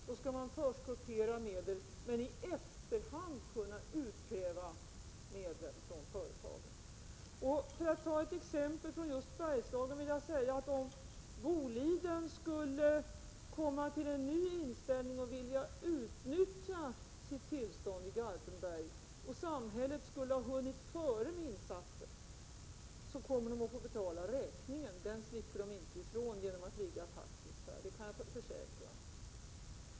Då skall man förskottera medel men i efterhand kunna utkräva medel av företaget. För att ta ett exempel från just Bergslagen vill jag säga att om Boliden skulle komma till en ny inställning och vilja utnyttja sitt tillstånd i Garpenberg och samhället skulle ha hunnit före med insatser, kommer Boliden att få betala räkningen. Den slipper företaget inte ifrån genom att vara taktiskt, det kan jag försäkra.